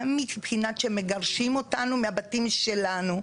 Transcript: גם מבחינת שמגרשים אותנו מהבתים שלנו,